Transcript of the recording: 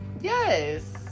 yes